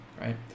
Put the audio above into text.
right